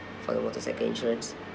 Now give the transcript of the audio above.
for the motorcycle insurance